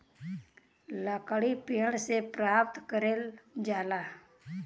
लकड़ी पेड़ से प्राप्त करल जाला